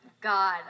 God